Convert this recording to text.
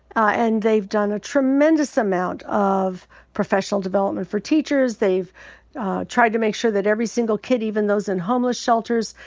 and they've done a tremendous amount of professional development for teachers. they've tried to make sure that every single kid, even those in homeless shelters,